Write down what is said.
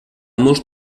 molts